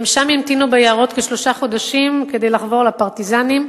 שם הם המתינו ביערות כשלושה חודשים כדי לחבור לפרטיזנים,